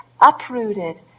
uprooted